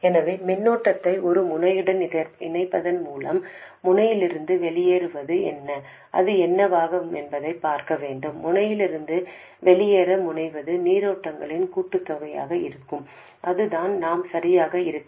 எனவே மின்னோட்டத்தை ஒரு முனையுடன் இணைப்பதன் மூலம் முனையிலிருந்து வெளியேறுவது என்ன அது என்னவாகும் என்பதைப் பார்க்க வேண்டும் முனையிலிருந்து வெளியேற முனைவது நீரோட்டங்களின் கூட்டுத்தொகையாக இருக்கும் அதுதான் நாம் சரியாக இருக்கும்